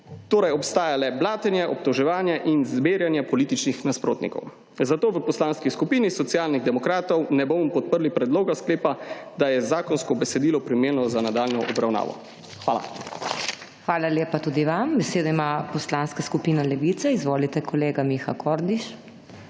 Torej obstaja le blatenje, obtoževanje in zbiranje političnih nasprotnikov. Zato v Poslanski skupini Socialnih demokratov ne bomo podprli predloga sklepa, da je zakonsko besedilo primerno za nadaljnjo obravnavo. Hvala. **PODPREDSEDNICA MAG. MEIRA HOT:** Hvala lepa tudi vam. Besedo ima Poslanska skupina Levica. Izvolite, kolega Miha Kordiš.